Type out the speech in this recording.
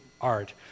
art